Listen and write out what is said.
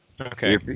Okay